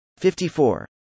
54